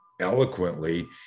eloquently